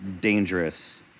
dangerous